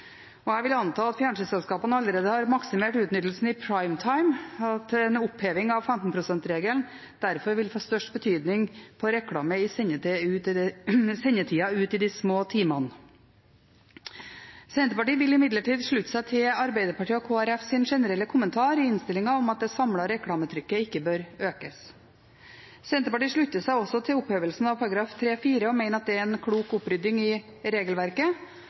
Jeg vil anta at fjernsynsselskapene allerede har maksimert utnyttelsen i «prime time», og at en oppheving av 15 pst.-regelen derfor vil få størst betydning for reklame i sendetida ut i de små timene. Senterpartiet vil imidlertid slutte seg til Arbeiderpartiet og Kristelig Folkepartis generelle kommentar i innstillingen om at det samlede reklametrykket ikke bør økes. Senterpartiet slutter seg også til opphevelsen av § 3-4 og mener at det er en klok opprydding i regelverket,